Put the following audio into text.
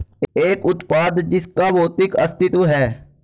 एक उत्पाद जिसका भौतिक अस्तित्व है?